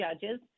judges